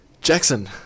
Jackson